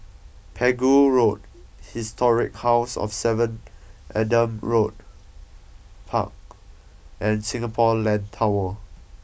Pegu Road Historic House of Seven Adam Road Park and Singapore Land Tower